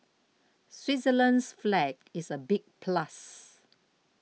Switzerland's flag is a big plus